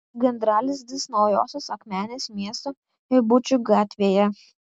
gandralizdis naujosios akmenės miesto eibučių gatvėje